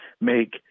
make